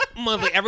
Monthly